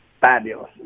fabulous